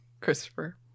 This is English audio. Christopher